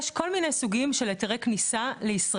יש כל מיני סוגים של היתרי כניה לישראל,